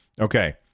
Okay